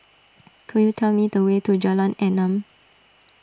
could you tell me the way to Jalan Enam